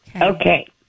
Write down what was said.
Okay